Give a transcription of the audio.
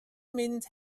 mynd